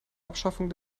abschaffung